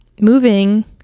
moving